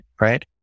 right